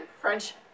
French